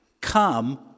come